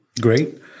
Great